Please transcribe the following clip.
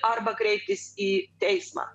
arba kreiptis į teismą